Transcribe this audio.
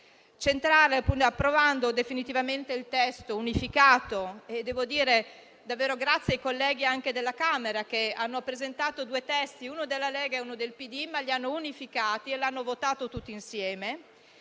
obiettivi, approvando definitivamente il testo unificato. Devo dire davvero grazie ai colleghi, anche della Camera, che hanno presentato due testi, uno della Lega e uno del Partito Democratico, ma li hanno unificati e hanno votato un testo